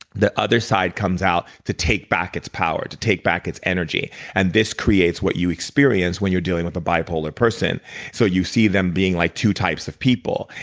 the other side comes out to take back its power, to take back its energy and this creates what you experience when you're dealing with a bipolar person so you see them being like two types of people.